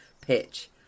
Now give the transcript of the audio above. pitch